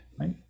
Right